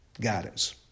Guidance